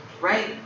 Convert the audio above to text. right